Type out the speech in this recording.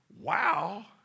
Wow